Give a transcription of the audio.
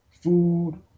Food